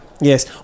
Yes